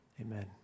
amen